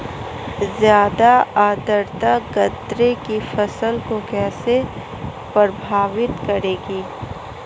ज़्यादा आर्द्रता गन्ने की फसल को कैसे प्रभावित करेगी?